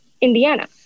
Indiana